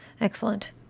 Excellent